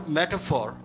metaphor